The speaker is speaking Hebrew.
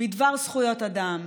בדבר זכויות אדם,